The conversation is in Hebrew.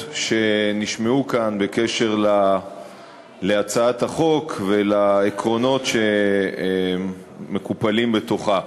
שנשמעו כאן בקשר להצעת החוק ולעקרונות שמקופלים בתוכה.